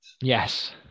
Yes